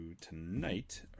tonight